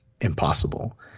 impossible